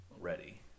ready